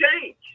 change